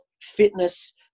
fitness